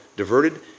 Diverted